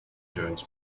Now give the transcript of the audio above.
jones